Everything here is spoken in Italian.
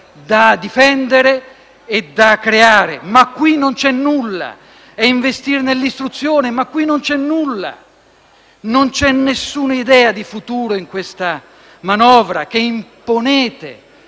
da difendere e da creare: ma qui non c'è nulla; è investire nell'istruzione: ma qui non c'è nulla. Non c'è nessuna idea di futuro in questa manovra, che imponete